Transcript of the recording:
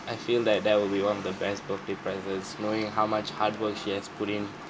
I feel that that would be one of the best birthday presents knowing how much hard work she has put in